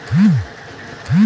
MFC का होला?